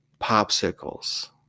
Popsicles